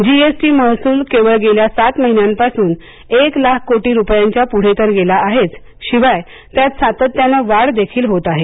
जी S T महसूल केवळ गेल्या सात महिन्यांपासून एक लाख कोटी रुपयांच्या पुढे तर गेला आहेच शिवाय त्यात सातत्याने वाढदेखील होत आहे